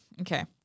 Okay